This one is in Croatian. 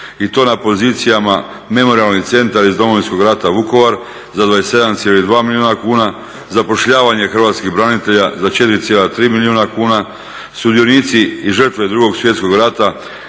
i to na pozicijama Memorijalni centar iz Domovinskog rata Vukovar za 27,2 milijuna kuna, zapošljavanje hrvatskih branitelja za 4,3 milijuna kuna, sudionici i žrtve II. Svjetskog rata